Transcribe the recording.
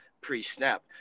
pre-snap